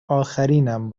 آخرینم